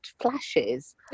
Flashes